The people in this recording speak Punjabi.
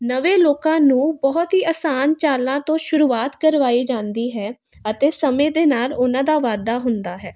ਨਵੇਂ ਲੋਕਾਂ ਨੂੰ ਬਹੁਤ ਹੀ ਆਸਾਨ ਚਾਲਾਂ ਤੋਂ ਸ਼ੁਰੂਆਤ ਕਰਵਾਈ ਜਾਂਦੀ ਹੈ ਅਤੇ ਸਮੇਂ ਦੇ ਨਾਲ ਉਹਨਾਂ ਦਾ ਵਾਧਾ ਹੁੰਦਾ ਹੈ